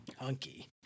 hunky